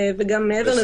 ומעבר לזה